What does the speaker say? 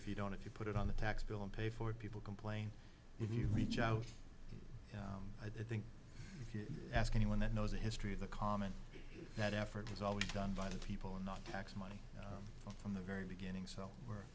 if you don't if you put it on the tax bill and pay for it people complain if you reach out i think if you ask anyone that knows the history of the comment that effort is always done by the people and not tax money from the very beginning so we're